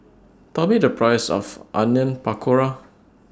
Tell Me The Price of Onion Pakora